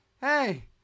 hey